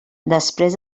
després